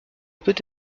peut